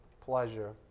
pleasure